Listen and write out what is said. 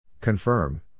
Confirm